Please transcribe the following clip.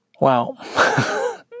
Wow